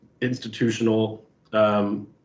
institutional